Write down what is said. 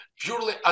purely